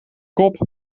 kop